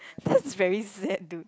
this is very sad dude